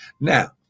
Now